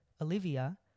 Olivia